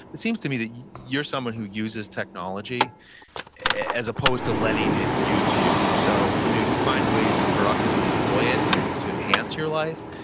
it seems to me that you're someone who uses technology as opposed to letting it use you. so you know you find ways to productively employ it to to enhance your life,